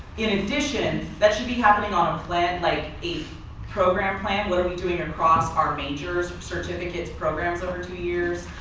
in addition, that should be happening on a planned like a program plan where we're doing across our majors certificate programs over two years.